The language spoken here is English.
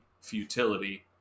futility